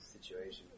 situation